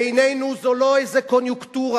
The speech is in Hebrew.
בעינינו זו לא איזו קוניונקטורה,